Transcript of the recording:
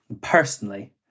personally